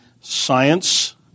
science